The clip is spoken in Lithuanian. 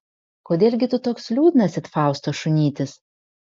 kodėl gi tu toks liūdnas it fausto šunytis